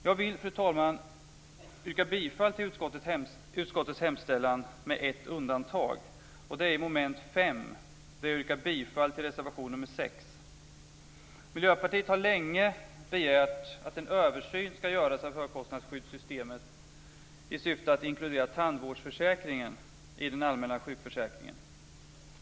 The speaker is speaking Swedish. Jag vill, fru talman, yrka bifall till utskottets hemställan med ett undantag. Det gäller mom. 5. I det avseendet yrkar jag bifall till reservation nr 6. Miljöpartiet har länge begärt att en översyn skall göras av högkostnadsskyddssystemet i syfte att inkludera tandvårdsförsäkringen i den allmänna sjukförsäkringen.